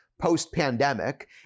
post-pandemic